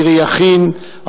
מירי יכין,